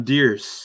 Deer's